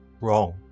wrong